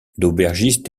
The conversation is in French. l’aubergiste